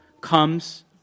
comes